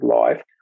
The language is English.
life